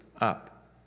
up